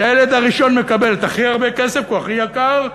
הילד הראשון מקבל הכי הרבה כסף, כי הוא הכי יקר,